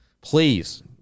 Please